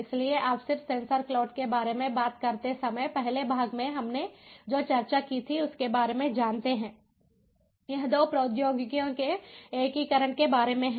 इसलिए आप सिर्फ सेंसर क्लाउड के बारे में बात करते समय पहले भाग में हमने जो चर्चा की थी उसके बारे में जानते हैं यह 2 प्रौद्योगिकियों के एकीकरण के बारे में है